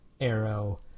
arrow